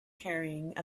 carrying